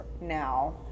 now